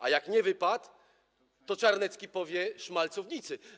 A jak nie wypad, to Czarnecki powie: szmalcownicy.